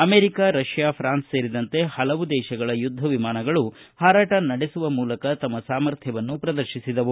America Russia France ಸೇರಿದಂತೆ ಪಲವು ದೇಶಗಳ ಯುದ್ಧ ವಿಮಾನಗಳು ಪಾರಾಟ ನಡೆಸುವ ಮೂಲಕ ತಮ್ಮ ಸಾಮರ್ಥ್ಯವನ್ನು ಪ್ರದರ್ಶಿಸಿದವು